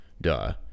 duh